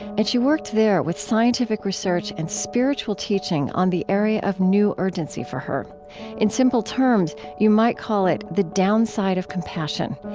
and she worked there with scientific research and spiritual teaching on the area of new urgency for her in simple terms, you might call it the downside of compassion,